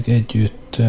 együtt